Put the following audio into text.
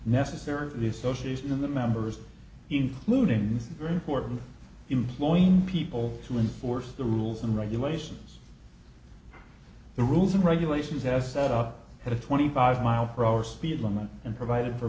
necessary for the association of the members including these very important employing people to enforce the rules and regulations the rules and regulations has set up at a twenty five mile per hour speed limit and provided for